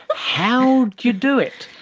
ah how do you do it?